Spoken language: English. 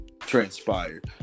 transpired